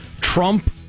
Trump